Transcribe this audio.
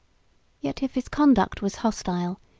yet if his conduct was hostile,